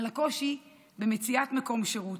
על הקושי במציאת מקום שירות,